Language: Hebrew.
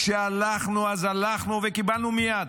כשהלכנו אז הלכנו, וקיבלנו מייד.